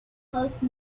house